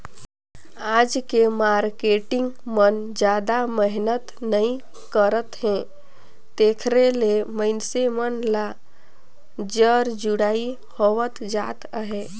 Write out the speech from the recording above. आज के मारकेटिंग मन जादा मेहनत नइ करत हे तेकरे ले मइनसे मन ल जर जुड़ई होवत जात अहे